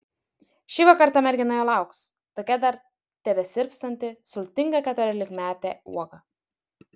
šįvakar ta mergina jo lauks tokia dar tebesirpstanti sultinga keturiolikmetė uoga